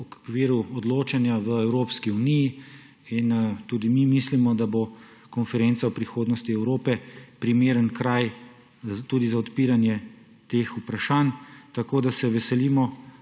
v okviru odločanja v Evropski uniji. Tudi mi mislimo, da bo konferenca o prihodnosti Evrope primeren kraj tudi za odpiranje teh vprašanj. Tako da se veselimo